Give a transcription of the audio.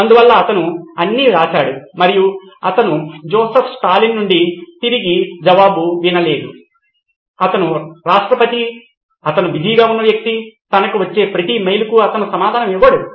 అందువల్ల అతను అన్నీ వ్రాసాడు మరియు అతను జోసెఫ్ స్టాలిన్ నుండి తిరిగి జవాబు వినలేదు అతను రాష్ట్ర అధిపతి అతను బిజీగా ఉన్న వ్యక్తి తనకు వచ్చే ప్రతి మెయిల్కు అతను సమాధానం ఇవ్వడు